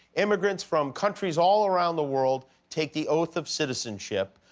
immigrants from countries all around the world take the oath of citizenship.